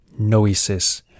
noesis